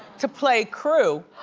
to play crew